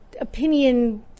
opinion